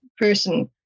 person